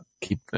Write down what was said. keep